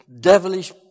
devilish